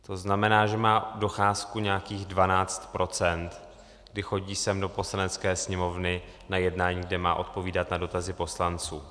To znamená, že má docházku nějakých 12 %, kdy chodí sem do Poslanecké sněmovny na jednání, kde má odpovídat na dotazy poslanců.